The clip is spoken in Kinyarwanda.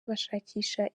bashakisha